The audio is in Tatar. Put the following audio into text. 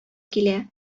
килә